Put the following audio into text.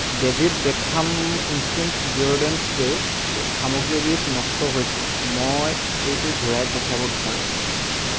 David Beckham instinct deodorant spray সামগ্ৰীবিধ নষ্ট হৈছে মই এইটো ঘূৰাই পঠিয়াব বিচাৰোঁ